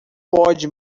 pode